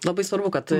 labai svarbu kad